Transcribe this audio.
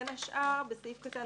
בין השאר, בסעיף קטן